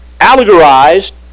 allegorized